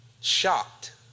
Shocked